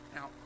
Now